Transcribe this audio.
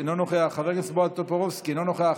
חברת הכנסת סונדוס סאלח, אינה נוכחת,